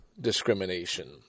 discrimination